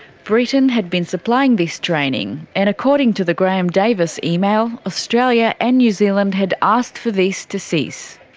britain had been supplying this training and, according to the graham davis email, australia and new zealand had asked for this to cease.